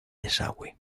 desagüe